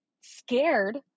scared